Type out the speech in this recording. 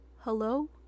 Hello